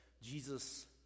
Jesus